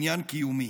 עניין קיומי.